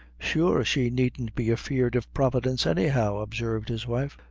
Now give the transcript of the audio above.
sure she needn't be afeard of providence, any how, observed his wife.